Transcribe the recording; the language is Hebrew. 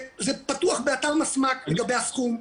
זה פתוח באתר מסמ"ק לגבי הסכום,